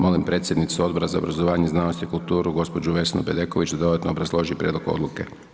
Molim predsjednicu Odbora za obrazovanje, znanost i kulturu gospođu Vesnu Bedeković da dodatno obrazloži prijedlog odluke.